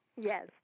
Yes